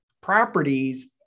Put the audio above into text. properties